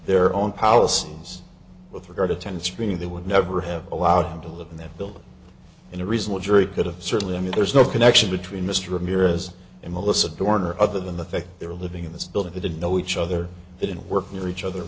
their own policies with regard to ten screening they would never have allowed to live in that building in a reasonable jury could have certainly i mean there's no connection between mr ramirez and melissa dorner other than the fact they were living in this building they didn't know each other they didn't work near each other